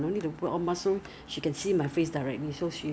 早上一次晚上一次 then 你放那个那个